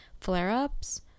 flare-ups